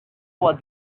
was